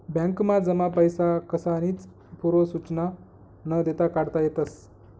बॅकमा जमा पैसा कसानीच पूर्व सुचना न देता काढता येतस